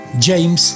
James